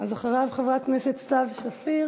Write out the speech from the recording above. אז אחריו, חברת הכנסת סתיו שפיר